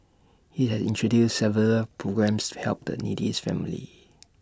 he has introduced several programmes to help the needy families